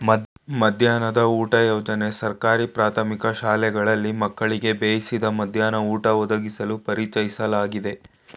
ಮಧ್ಯಾಹ್ನದ ಊಟ ಯೋಜನೆ ಸರ್ಕಾರಿ ಪ್ರಾಥಮಿಕ ಶಾಲೆಗಳಲ್ಲಿ ಮಕ್ಕಳಿಗೆ ಬೇಯಿಸಿದ ಮಧ್ಯಾಹ್ನ ಊಟ ಒದಗಿಸಲು ಪರಿಚಯಿಸ್ಲಾಗಯ್ತೆ